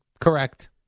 Correct